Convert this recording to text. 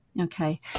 Okay